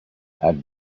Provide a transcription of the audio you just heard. had